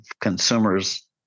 consumers